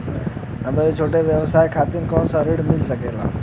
हमरे छोट व्यवसाय खातिर कौनो ऋण मिल सकेला?